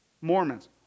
Mormons